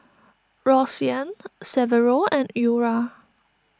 Roseanne Severo and Eura